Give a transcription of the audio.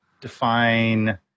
define